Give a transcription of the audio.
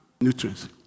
nutrients